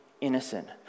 innocent